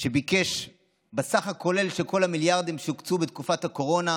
שמהסך הכולל של כל המיליארדים שהוקצו בתקופת הקורונה